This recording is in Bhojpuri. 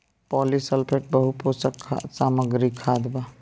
पॉलीसल्फेट बहुपोषक सामग्री खाद बा